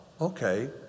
Okay